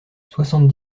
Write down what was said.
soixante